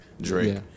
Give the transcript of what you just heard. Drake